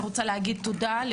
אני רוצה להגיד תודה.